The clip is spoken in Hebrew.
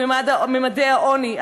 את ממדי העוני,